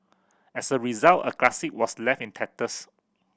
as a result a classic was left in tatters